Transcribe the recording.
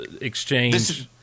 exchange